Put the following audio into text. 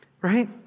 right